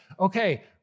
okay